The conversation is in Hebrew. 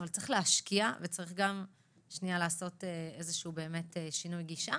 אבל צריך להשקיע וצריך גם לעשות איזשהו שינוי גישה.